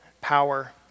power